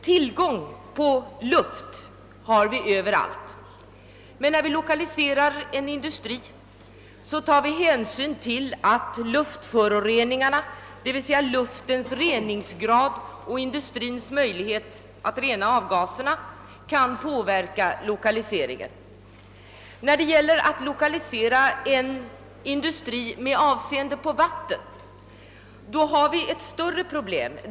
Tillgång på luft har vi över allt, men när vi lokaliserar en industri till en viss ort tar vi hänsyn till att luftföroreningarna, dvs. luftens reningsgrad och industrins möjligheter att rena avgaserna, kan påverka lokaliseringen. Vid lokaliseringen av en industri med hänsyn till vattnet har vi ett större problem.